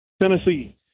Tennessee